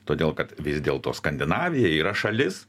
todėl kad vis dėl to skandinavija yra šalis